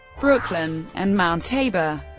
brooklyn, and mount tabor.